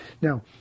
Now